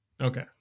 Okay